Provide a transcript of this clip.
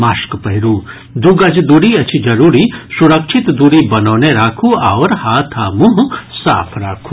mask पहिरू दू गज दूरी अछि जरूरी सुरक्षित दूरी बनौने राखू आओर हाथ आ मुंह साफ राखू